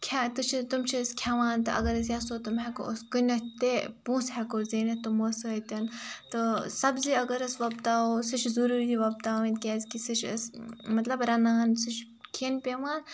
کھےٚ تہٕ چھِ تٕم چھِ أسۍ کھٮ۪وان تہٕ اگر أسۍ یَژھو تٕم ہٮ۪کو أسۍ کٕنِتھ تہِ پونٛسہٕ ہٮ۪کو زیٖنِتھ تِمو سۭتۍ تہٕ سبزی اگر أسۍ وۄپداوَو سُہ ضٔروٗری وۄپداوٕنۍ کیٛازِکہِ سُہ چھِ أسۍ مطلب رَنان سُہ چھِ کھٮ۪ن پٮ۪وان